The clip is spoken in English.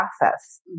process